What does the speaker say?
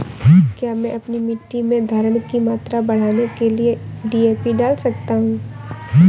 क्या मैं अपनी मिट्टी में धारण की मात्रा बढ़ाने के लिए डी.ए.पी डाल सकता हूँ?